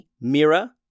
Mira